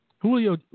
Julio